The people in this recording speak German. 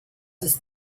ist